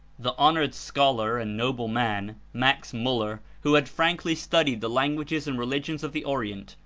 the honored scholar and noble man. max muller, who had frankly studied the languages and religions of the orient,